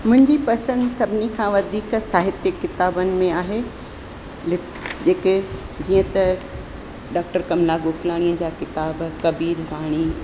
मुंहिंजी पसंदि सभिनी खां वधीक साहित्य किताबनि में आहे जेके जीअं त डॉक्टर कमला गोकलाणीअ जा किताब कबीर वाणी